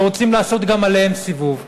שרוצים לעשות גם עליהם סיבוב.